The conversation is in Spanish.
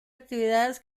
actividades